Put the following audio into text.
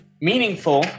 meaningful